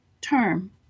term